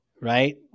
right